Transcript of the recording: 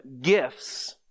gifts